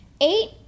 Eight